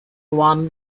one